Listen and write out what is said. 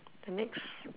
the next